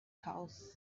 house